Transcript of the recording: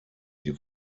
sie